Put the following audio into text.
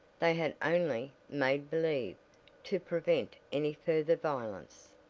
they had only made believe to prevent any further violence.